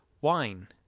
Wine